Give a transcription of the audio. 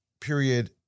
period